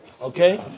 Okay